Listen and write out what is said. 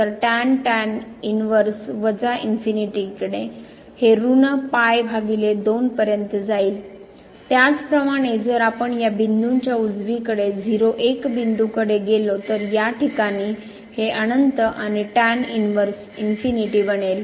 तर inverse वजा infinity हे ऋण pi भागिले 2 पर्यंत होईल त्याचप्रमाणे जर आपण या बिंदूच्या उजवीकडे 0 1 बिंदूकडे गेलो तर या ठिकाणी हे अनंत आणि tan इन वर्स इनफीनिटी बनेल